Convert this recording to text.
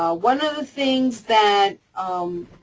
ah one of the things that, um,